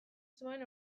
zuen